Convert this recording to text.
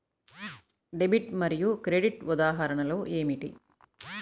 Debit మరియు credit ఉదాహరణలు ఏమిటీ?